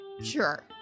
Sure